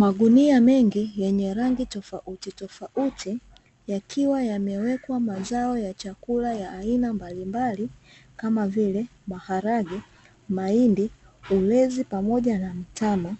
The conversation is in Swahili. Magunia mengi yenye rangi tofautitofauti yakiwa yamewekwa mazao ya chakula ya aina mbalimbali kama vile: maharage, mahindi, ulezi pamoja na mtama,